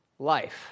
life